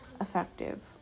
effective